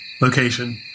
location